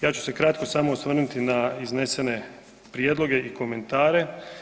Ja ću se kratko samo osvrnuti na iznesene prijedloge i komentare.